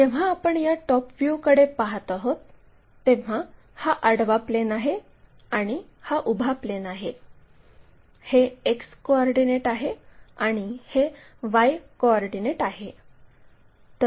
जेव्हा आपण या टॉप व्ह्यूकडे पाहत आहोत तेव्हा हा आडवा प्लेन आहे आणि हा उभा प्लेन आहे हे X कोऑर्डिनेट आहे आणि हे Y कोऑर्डिनेट आहे